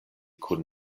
kun